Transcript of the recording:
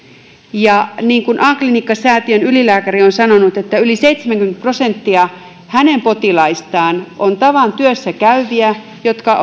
niin kuin a klinikkasäätiön ylilääkäri on sanonut yli seitsemänkymmentä prosenttia hänen potilaistaan on tavan työssä käyviä jotka